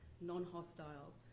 non-hostile